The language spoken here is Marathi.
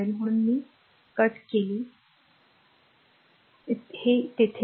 म्हणून मी कट केले की हे तेथे नाही